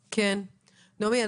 --- נעמי,